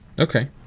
Okay